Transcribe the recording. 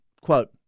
quote